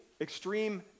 extreme